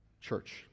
church